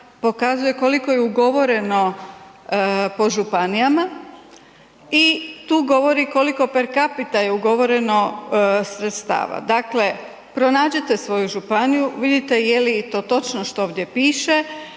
pokazuje koliko je ugovoreno po županijama i tu govori koliko per capita je ugovoreno sredstava. Dakle, pronađite svoju županiju, vidite je li i to točno što ovdje piše